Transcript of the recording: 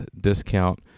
discount